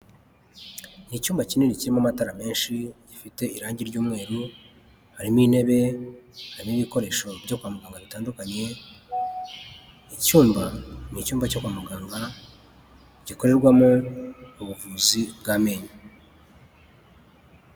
Icyumba kinini kirimo amatara menshi gifite irangi ry'umweru harimo intebe, hari n'ibikoresho byo kwa muganga bitandukanye, icyumba ni icyumba cyo kwa mugarura gikorerwamo ubuvuzi bw'amenyo.